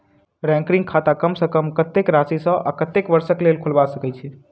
recurring खाता कम सँ कम कत्तेक राशि सऽ आ कत्तेक वर्ष कऽ लेल खोलबा सकय छी